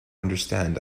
understand